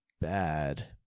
bad